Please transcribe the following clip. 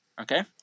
okay